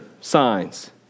signs